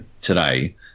today